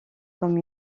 comme